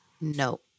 No